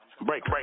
Break